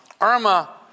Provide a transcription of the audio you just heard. Irma